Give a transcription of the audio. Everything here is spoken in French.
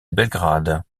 belgrade